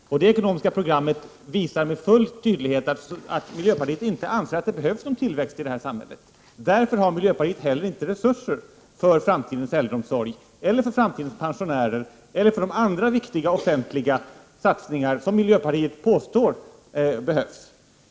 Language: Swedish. Fru talman! Anledningen till mina bekymmer är att jag har tagit del av miljöpartiets ekonomiska program. Det programmet visar med full tydlighet att miljöpartiet inte anser att det behövs någon tillväxt i det här samhället. Därför har miljöpartiet heller inte resurser för framtidens äldreomsorg eller för framtidens pensionärer eller för de andra viktiga offentliga satsningar som miljöpartiet påstår behövs.